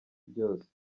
byose